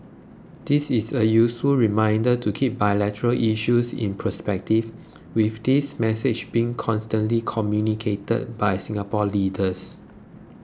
this is a useful reminder to keep bilateral issues in perspective with this message being consistently communicated by Singapore leaders